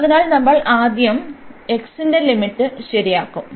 അതിനാൽ നമ്മൾ ആദ്യം x ന്റെ ലിമിറ്റ് ശരിയാക്കും